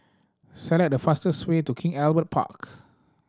select the fastest way to King Albert Park